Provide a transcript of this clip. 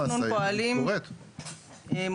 התכנון פועלים,